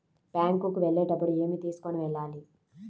Bank కు వెళ్ళేటప్పుడు ఏమి తీసుకొని వెళ్ళాలి?